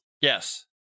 Yes